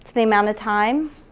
the amount of time.